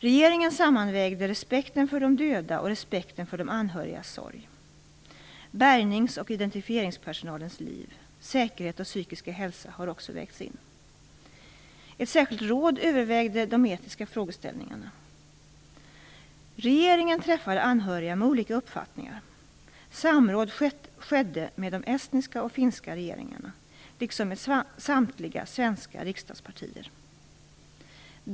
Regeringen sammanvägde respekten för de döda och respekten för de anhörigas sorg. Bärgnings och identifieringspersonalens liv, säkerhet och psykiska hälsa har också vägts in. Ett särskilt råd övervägde de etiska frågeställningarna. Regeringen träffade anhöriga med olika uppfattningar. Samråd skedde med de estniska och finska regeringarna liksom med samtliga svenska riksdagspartier.